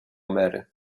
mary